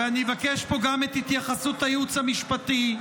ואני אבקש פה גם את התייחסות הייעוץ המשפטי,